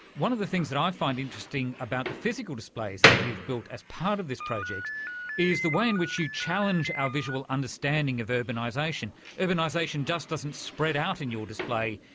one of the things that i find interesting about the physical displays that you've built as part of this project is the way in which you challenge our visual understanding of urbanisation. urbanisation just doesn't spread out in your display,